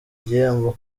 igihembo